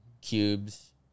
cubes